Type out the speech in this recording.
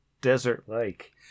desert-like